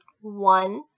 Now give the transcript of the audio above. one